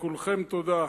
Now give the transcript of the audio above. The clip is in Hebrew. לכולכם תודה.